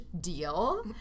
deal